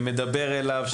שמדבר אליו,